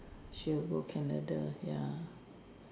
she will go Canada ya